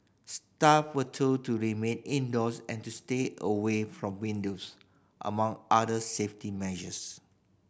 staff were told to remain indoors and to stay away from windows among other safety measures